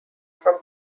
from